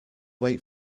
wait